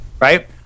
right